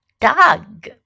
dog